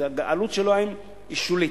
העלות היא שולית.